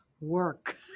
Work